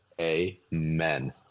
Amen